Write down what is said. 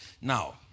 Now